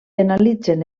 analitzen